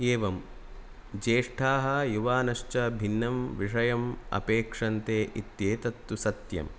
एवं ज्येष्ठाः युवानश्च भिन्नं विषयम् अपेक्षन्ते इत्येतत्तु सत्यम्